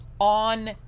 on